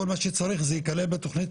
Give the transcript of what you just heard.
כל מה שצריך ייכלל בתכנית,